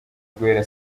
guhera